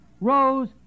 rose